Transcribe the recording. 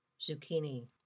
zucchini